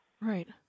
Right